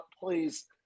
please